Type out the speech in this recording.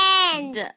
end